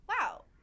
wow